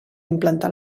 implantar